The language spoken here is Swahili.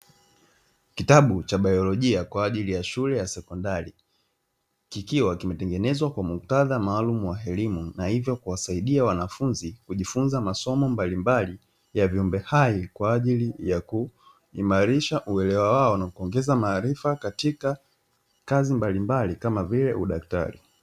Kitabu cha baiolojia kwa ajili ya shule ya sekondari, kikiwa kimetengenezwa kwa muktadha maalumu wa elimu, na hivyo kuwasaidia wanafunzi kujifunza masomo mbalimbali ya viumbe hai kwa ajili ya kuimarisha uelewa wao na kuongeza maarifa katika kazi mbalimbali kama vile udaktari.